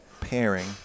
pairing